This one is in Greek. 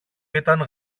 ήταν